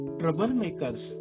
troublemakers